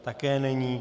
Také není.